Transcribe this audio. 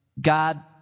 God